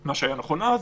מה שהיה נכון אז,